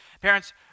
Parents